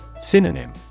Synonym